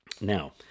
Now